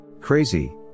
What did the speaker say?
Crazy